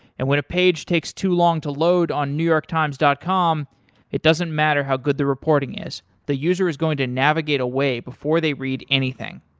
and, when a page takes too long to load on newyorktimes dot com it doesn't matter how good the reporting is. the user is going to navigate away before they read anything.